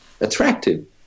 attractive